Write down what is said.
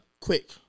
quick